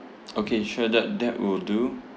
okay sure that that will do